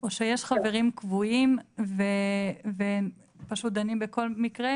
או שיש חברים קבועים והם פשוט דנים בכל מקרה?